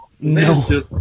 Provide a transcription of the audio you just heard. no